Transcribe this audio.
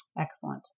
Excellent